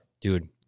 dude